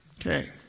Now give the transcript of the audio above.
Okay